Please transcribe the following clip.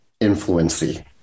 influency